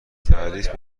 تعریف